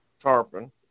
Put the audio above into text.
tarpon